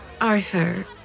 Arthur